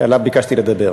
שעליו ביקשתי לדבר.